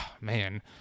man